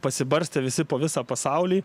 pasibarstė visi po visą pasaulį